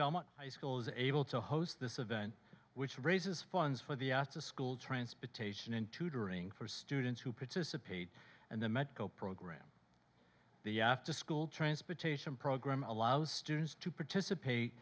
belmont high schools able to host this event which raises funds for the arts a school transportation in tutoring for students who participate in the medical program the after school transportation program allows students to participate